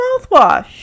mouthwash